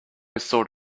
sort